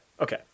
okay